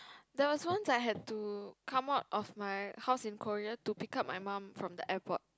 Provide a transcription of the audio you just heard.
there was once I had to come out of my house in Korea to pick up my mum from the airport